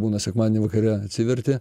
būna sekmadienį vakare atsiverti